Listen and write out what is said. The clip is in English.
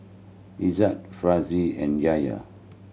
Izzat Firash and Yahya